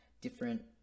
different